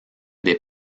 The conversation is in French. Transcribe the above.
des